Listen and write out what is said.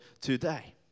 today